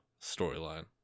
storyline